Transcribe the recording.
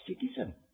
citizen